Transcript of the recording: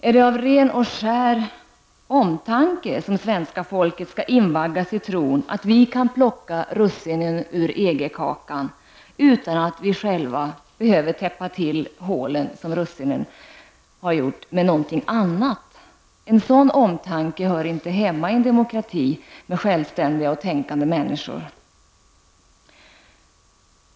Är det av ren och skär omtanke som svenska folket skall invaggas i tron att vi kan plocka russinen ur EG-kakan utan att vi själva behöver täppa igen hålen efter russinen med något annat? En sådan omtanke hör inte hemma i en demokrati med självständiga och tänkande människor.